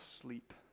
sleep